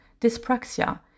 dyspraxia